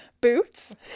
boots